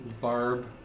barb